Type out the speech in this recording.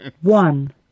one